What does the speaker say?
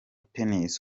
tennis